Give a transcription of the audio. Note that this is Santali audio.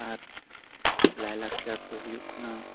ᱟᱨ ᱞᱟᱭ ᱞᱟᱠᱪᱟᱨ ᱫᱚ ᱦᱩᱭᱩᱜ ᱠᱟᱱᱟ